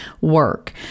work